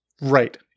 right